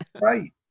Right